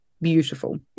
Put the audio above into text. beautiful